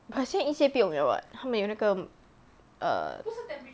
but 现在一些不用了 what 它们有那个 err